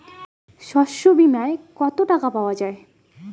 শস্য বিমায় কত টাকা পাওয়া যায়?